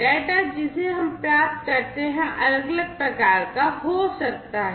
data जिसे हम प्राप्त करते हैं अलग अलग प्रकार का हो सकता है